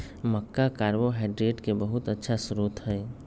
मक्का carbohydrate के बहुत अच्छा स्रोत हई